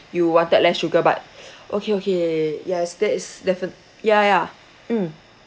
you wanted less sugar but okay okay yes that's defi~ ya ya mm